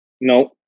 No